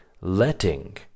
letting